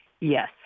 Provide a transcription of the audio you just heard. yes